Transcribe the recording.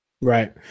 Right